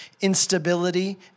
instability